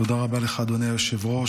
תודה רבה לך, אדוני היושב-ראש.